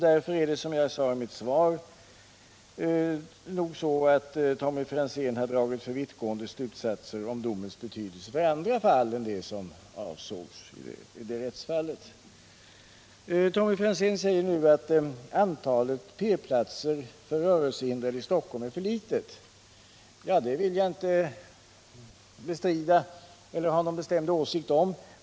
Därför är det, som jag sade i mitt svar, nog så att Tommy Franzén har dragit för vittgående slutsatser för andra fall än Äl! det som avsågs i det aktuella rättsfallet. Tommy Franzén säger nu att antalet P-platser för rörelsehindrade i Stockholm är för litet. Det vill jag inte bestrida eller ha någon bestämd åsikt om.